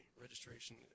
registration